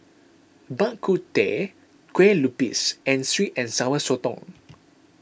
Bak Kut Teh Kue Lupis and Sweet and Sour Sotong